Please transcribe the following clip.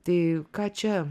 tai ką čia